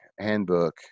handbook